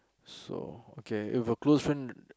so okay if a close friend